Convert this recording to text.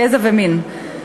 גזע ומין",